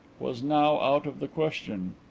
was now out of the question